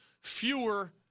fewer